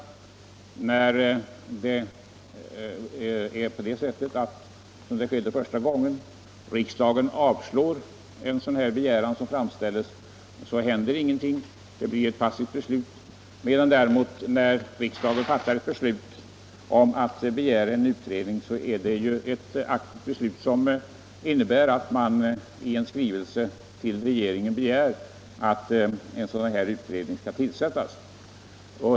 När riksdagen avslår en sådan här begäran — vilket skedde första gången frågan behandlades — händer ingenting. Det blir ett passivt beslut. När däremot riksdagen fattar beslut om att begära en utredning är det ett aktivt beslut, som innebär att riksdagen i en skrivelse till regeringen begär att en utredning skall tillsättas.